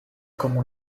como